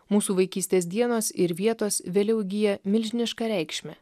mūsų vaikystės dienos ir vietos vėliau įgyja milžinišką reikšmę